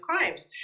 crimes